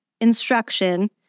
instruction